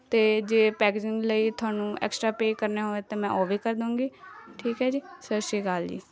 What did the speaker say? ਅਤੇ ਜੇ ਪੈਕਜਿੰਗ ਲਈ ਤੁਹਾਨੂੰ ਐਕਸਟਰਾ ਪੇਅ ਕਰਨੇ ਹੋਏ ਤਾਂ ਮੈਂ ਉਹ ਵੀ ਕਰ ਦੂਗੀ ਠੀਕ ਹੈ ਜੀ ਸਤਿ ਸ਼੍ਰੀ ਅਕਾਲ ਜੀ